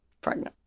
pregnant